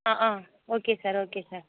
ah ah okay sir okay sir